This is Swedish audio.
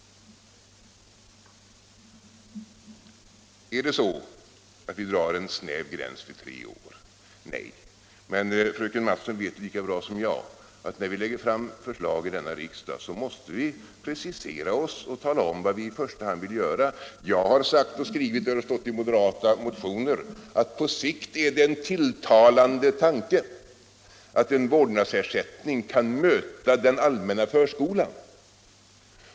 Är det så att vi drar en snäv gräns vid tre år? Nej! Men fröken Mattson vet lika bra som jag att när vi lägger fram förslag i denna fråga måste vi precisera oss och tala om vad vi i första hand vill göra. Jag har sagt och skrivit — och det har stått i moderata motioner — att på sikt är det en tilltalande tanke att en vårdnadsersättning kan mötaden allmänna förskolan.